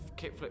kickflip